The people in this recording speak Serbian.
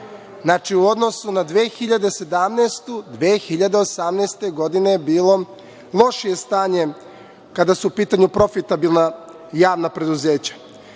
u odnosu na 2017. godinu 2018. godine je bilo lošije stanje kada su u pitanju profitabilna javna preduzeća.